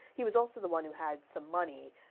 he was also the one who had some money.